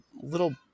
little